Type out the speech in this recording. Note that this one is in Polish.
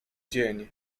dzień